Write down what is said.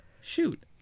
Shoot